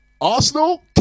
Arsenal